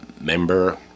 member